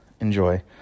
enjoy